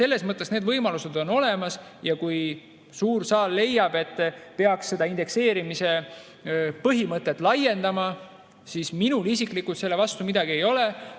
Nii et need võimalused on olemas ja kui suur saal leiab, et peaks seda indekseerimise põhimõtet laiendama, siis minul isiklikult selle vastu midagi ei ole. Aga